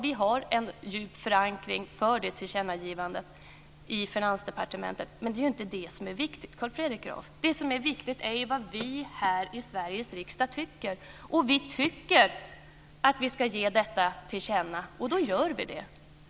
Vi har en djup förankring av det tillkännagivandet i Finansdepartementet, men det är ju inte det som är viktigt, Carl Fredrik Graf. Det som är viktigt är ju vad vi här i Sveriges riksdag tycker. Vi tycker att vi ska ge detta till känna, och då gör vi det.